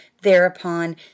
thereupon